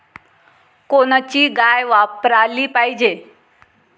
कोनची गाय वापराली पाहिजे?